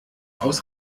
aus